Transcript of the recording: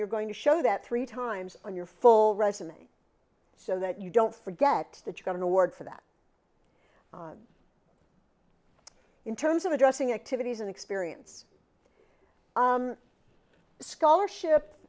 you're going to show that three times on your full resume so that you don't forget that you got an award for that in terms of addressing activities and experience scholarship